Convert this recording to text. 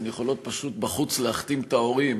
הן יכולות פשוט בחוץ להחתים את ההורים.